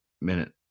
minute